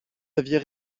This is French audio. aviez